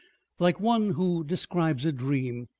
like one who describes a dream.